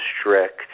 strict